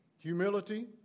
humility